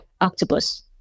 octopus